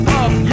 up